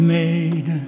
made